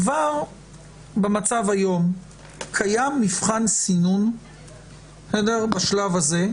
כבר היום קיים מבחן סינון בשלב הזה,